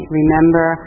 remember